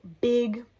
big